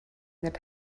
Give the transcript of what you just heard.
that